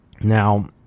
now